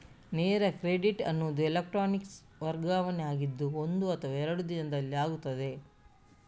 ನೇರ ಕ್ರೆಡಿಟ್ ಅನ್ನುದು ಎಲೆಕ್ಟ್ರಾನಿಕ್ ವರ್ಗಾವಣೆ ಆಗಿದ್ದು ಒಂದು ಅಥವಾ ಎರಡು ದಿನದಲ್ಲಿ ಆಗ್ತದೆ